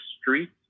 streets